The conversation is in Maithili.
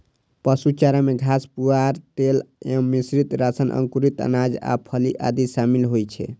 पशु चारा मे घास, पुआर, तेल एवं मिश्रित राशन, अंकुरित अनाज आ फली आदि शामिल होइ छै